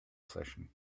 session